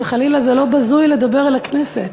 חס וחלילה, זה לא בזוי לדבר אל הכנסת.